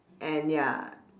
and ya